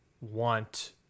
want